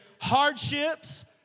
hardships